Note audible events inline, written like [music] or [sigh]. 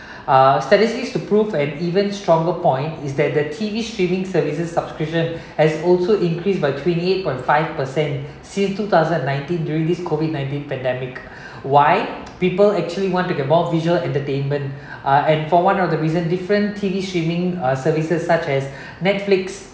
uh statistics to prove an even stronger point is that the T_V streaming services subscription has also increased by twenty eight point five percent since two thousand and nineteen during this COVID nineteen pandemic [breath] why people actually want to get more visual entertainment uh and for one of the reason different T_V streaming uh services such as Netflix